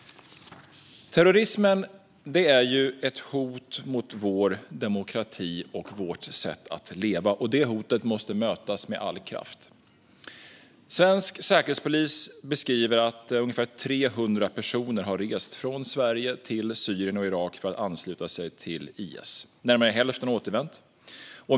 Terrorismen är ett hot mot vår demokrati och vårt sätt att leva. Det hotet måste mötas med all kraft. Svensk säkerhetspolis beskriver att ungefär 300 personer har rest från Sverige till Syrien och Irak för att ansluta sig till IS. Närmare hälften har återvänt.